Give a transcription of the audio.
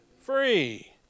Free